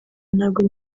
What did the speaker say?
ntabwo